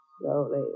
Slowly